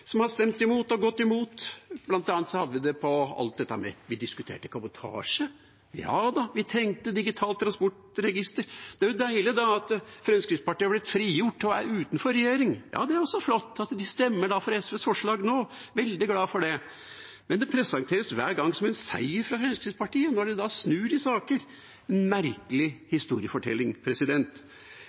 som jeg kunne telle, som har stemt imot og gått imot. Blant annet skjedde det da vi diskuterte kabotasje: Ja da, vi trengte digitalt transportregister. Det er jo deilig at Fremskrittspartiet har blitt frigjort og er utenfor regjering. Det er også flott at de stemmer for SVs forslag nå, jeg er veldig glad for det, men det presenteres hver gang som en seier for Fremskrittspartiet når de da snur i saker – en merkelig historiefortelling.